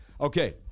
Okay